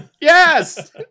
yes